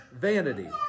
vanity